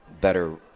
better